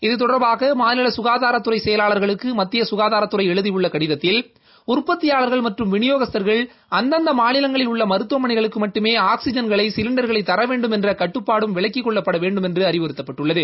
இது தொடர்பாக மாநில சுகாதாரத்துறை செயலாளர்களுக்கு மத்திய சுகாதாரத்துறை எழுதியுள்ள கடிதத்தில் உற்பத்தியாளா்கள் மற்றும் விநியோகஸ்தா்கள் அந்தந்த மாநிலங்களில் உள்ள மருத்துவமனைகளுக்கு மட்டுமே ஆக்ஸிஜன்களை சிலிண்டர்களை தர வேண்டுமென்ற கட்டப்பாடும் விலக்கிக் கொள்ளப்பட வேண்டுமென்று அறிவுறுத்தப்பட்டுள்ளது